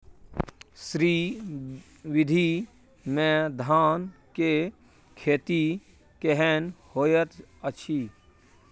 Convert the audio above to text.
श्री विधी में धान के खेती केहन होयत अछि?